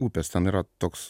upės ten yra toks